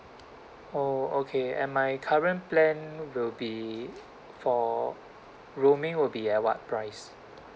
oh okay and my current plan will be for roaming will be at what price